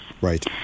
Right